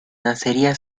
nacería